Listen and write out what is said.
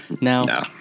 No